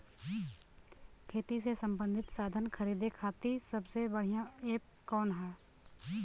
खेती से सबंधित साधन खरीदे खाती सबसे बढ़ियां एप कवन ह?